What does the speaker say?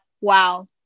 wow